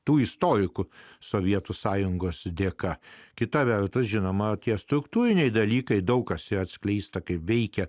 tų istorikų sovietų sąjungos dėka kita vertus žinoma tie struktūriniai dalykai daug kas atskleista kaip veikia